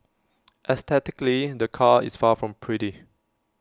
aesthetically the car is far from pretty